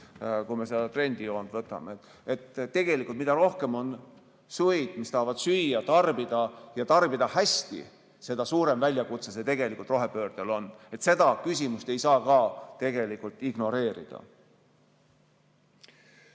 kui me seda trendijoont vaatame. Tegelikult, mida rohkem on suid, mis tahavad süüa, tarbida, ja tarbida hästi, seda suurem väljakutse see rohepöördega seoses on. Seda küsimust ei saa tegelikult ignoreerida.